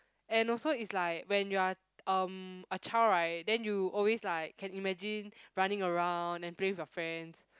and also it's like when you are um a child right then you always like can imagine running around then play with your friends